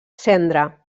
cendra